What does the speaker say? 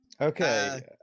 Okay